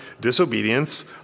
disobedience